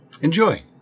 Enjoy